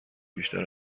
بیشتر